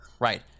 Right